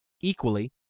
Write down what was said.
Equally